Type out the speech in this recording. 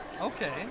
Okay